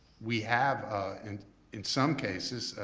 we have, ah and in some cases,